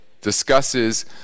discusses